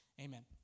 amen